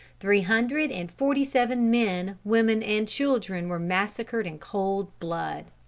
three hundred and forty-seven men, women and children were massacred in cold blood.